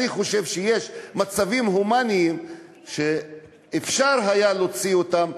אני חושב שיש מצבים הומניים שאפשר היה להוציא אותם,